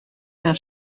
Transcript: how